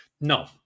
no